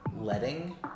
Letting